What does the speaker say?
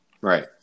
Right